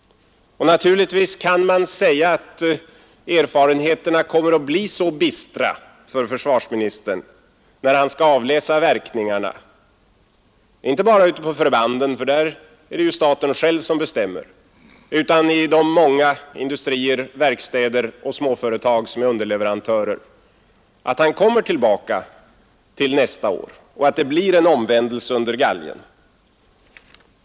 Naturligtvis kan man säga att erfarenheterna kommer att vara så bistra att försvarsministern, när han har avläst verkningarna, inte bara på förbanden, där det ju är staten själv som bestämmer, utan också i de många industrier, verkstäder och företag som är underleverantörer, kommer tillbaka till nästa år och att det blir en omvändelse under galgen.